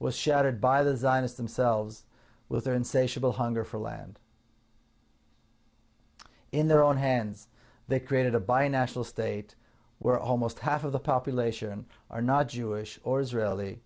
was shattered by the zionists themselves with their insatiable hunger for land in their own hands they created a binational state where almost half of the population are not jewish or israeli